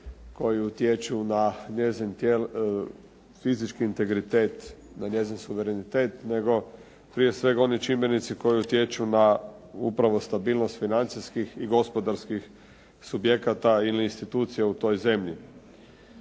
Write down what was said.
koji utječu na njezin fizički integritet, na njezin suverenitet, nego prije svega oni čimbenici koji utječu na upravo stabilnost financijskih i gospodarskih subjekata ili institucija u toj zemlji.